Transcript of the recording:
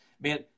man